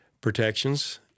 protections